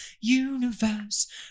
universe